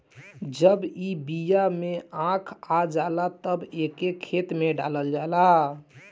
जब ई बिया में आँख आ जाला तब एके खेते में डालल जाला